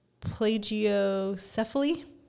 plagiocephaly